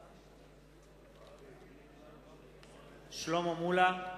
רוברט אילטוב, נגד דליה איציק,